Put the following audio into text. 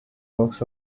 works